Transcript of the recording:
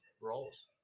roles